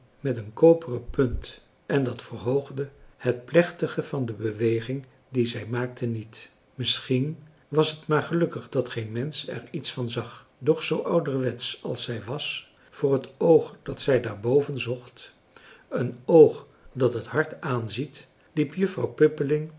met een koperen punt en dat verhoogde het plechtige van de beweging die zij maakte niet misschien was het maar gelukkig dat geen mensch er iets van zag doch zoo ouderwetsch als zij was voor het oog dat zij daarboven zocht een oog dat het hart aanziet liep juffrouw pippeling